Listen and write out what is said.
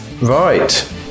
right